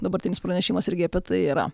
dabartinis pranešimas irgi apie tai yra